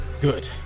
Good